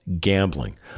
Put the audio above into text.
gambling